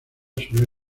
suele